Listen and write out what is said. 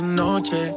noche